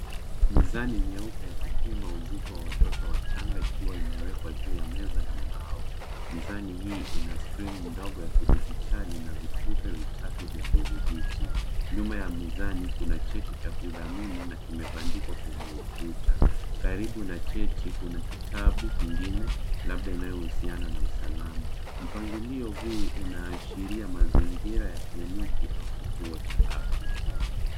Mizani nyeupe ya kupima uzito wa watoto wachanga ikiwa imewekwa juu ya meza ya mbao. Mizani hii ina skrini ndogo ya kidijitali na vitufe vitatu vya kudhibiti. Nyuma ya mizani kuna cheti cha kudhamini na kimebandikwa kwenye ukuta. Karibu na cheti kuna kitabu inginye labda inayohusiana na usalama. Mpangilio huu unaashiria mazingira ya kliniki au kituo cha afya.